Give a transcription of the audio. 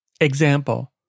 Example